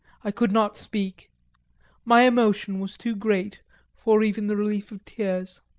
i could not speak my emotion was too great for even the relief of tears.